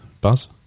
Buzz